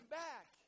back